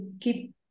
keep